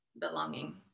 belonging